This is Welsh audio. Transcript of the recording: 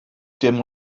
dim